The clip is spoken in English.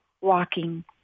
walking